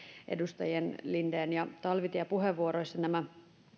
edustajien linden ja talvitie puheenvuoroissa nämä